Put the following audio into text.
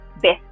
best